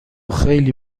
خیلی